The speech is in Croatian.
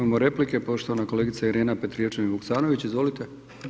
Imamo replike, poštovana kolegica Irena Petrijevčanin Vuksanović, izvolite.